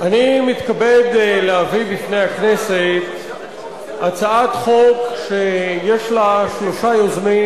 אני מתכבד להביא בפני הכנסת הצעת חוק שיש לה שלושה יוזמים.